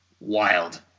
Wild